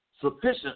sufficient